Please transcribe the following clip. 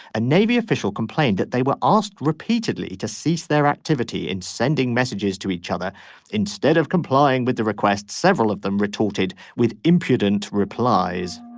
a navy official complained that they were asked repeatedly to cease their activity in sending messages to each other instead of complying with the request several of them retorted with impudent replies